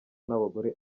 n’abagore